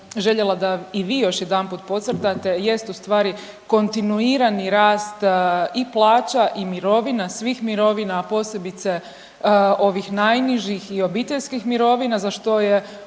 željela da i vi još jedanput podcrtate jest ustvari kontinuirani rast i plaća i mirovina, svih mirovina, a posebice ovih najnižih i obiteljskih mirovina za što je